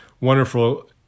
wonderful